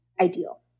ideal